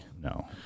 no